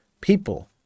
people